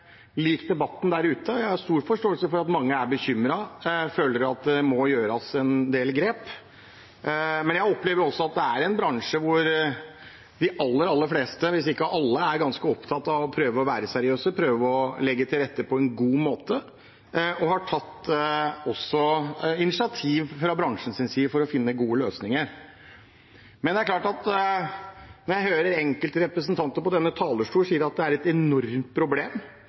lik debatten der ute, og jeg har stor forståelse for at mange er bekymret, og jeg mener at en del grep må tas. Men jeg opplever også at det er en bransje hvor de aller fleste, hvis ikke alle, er ganske opptatt av å prøve å være seriøse, prøve å legge til rette på en god måte. Det er tatt initiativ, også fra bransjens side, for å finne gode løsninger. Når jeg hører enkelte representanter på denne talerstolen si det er et enormt problem,